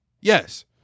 Yes